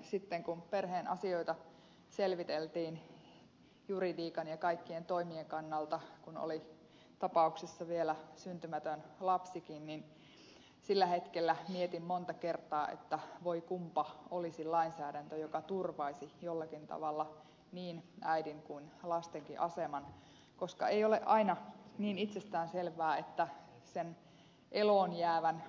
sitten kun perheen asioita selviteltiin juridiikan ja kaikkien toimien kannalta kun tapauksessa oli vielä syntymätön lapsikin niin sillä hetkellä mietin monta kertaa että voi kunpa olisi lainsäädäntö joka turvaisi jollakin tavalla niin äidin kuin lastenkin aseman koska ei ole aina niin itsestään selvää että se eloon jäänyt